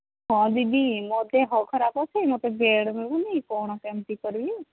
ହଁ ଦିଦି ମୋ ଦେହ ଖରାପ ଅଛି ମୋତେ ବେଡ୍ ମିଳୁନି କ'ଣ କେମିତି କରିବି